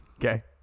Okay